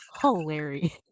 hilarious